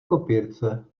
kopírce